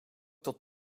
tot